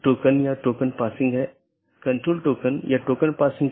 2 update message routing जानकारी को BGP साथियों के बीच आदान प्रदान करता है